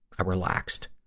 i relaxed.